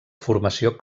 formació